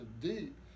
deep